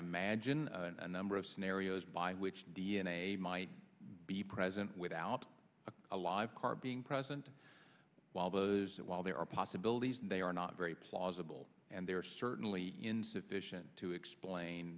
imagine a number of scenarios by which d n a might be present without a live car being present while those while there are possibilities they are not very plausible and they're certainly insufficient to explain